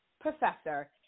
Professor